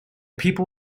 people